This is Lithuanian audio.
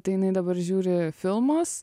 tai jinai dabar žiūri filmus